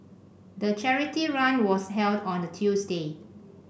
the charity run was held on a Tuesday